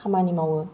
खामानि मावो